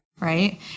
Right